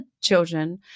children